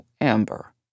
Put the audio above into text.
Amber